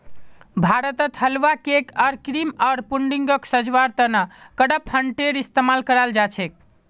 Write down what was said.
भारतत हलवा, केक आर क्रीम आर पुडिंगक सजव्वार त न कडपहनटेर इस्तमाल कराल जा छेक